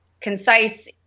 concise